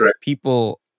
people